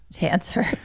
answer